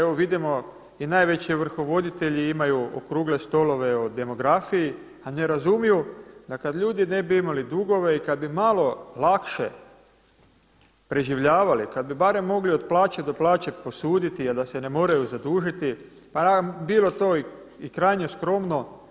Evo vidimo i najveći ovrhovoditelji imaju okrugle stolove o demografiji a ne razumiju da kada ljudi ne bi imali dugove i kada bi malo lakše preživljavali, kada bi barem mogli od plaće do plaće posuditi a da se ne moraju zadužiti pa bilo to i krajnje skromno.